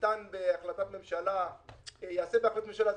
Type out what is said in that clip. שניתן בהחלטת ממשלה ייעשה בהחלטת ממשלה.